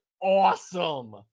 awesome